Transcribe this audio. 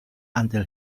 until